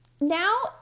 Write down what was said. Now